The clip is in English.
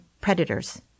predators